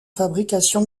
fabrication